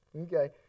Okay